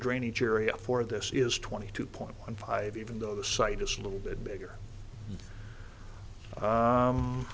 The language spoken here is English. drainage area for this is twenty two point one five even though the site is a little bit bigger